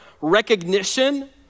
recognition